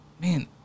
man